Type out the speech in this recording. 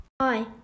Hi